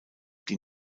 die